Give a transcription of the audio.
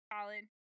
colin